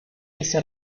hice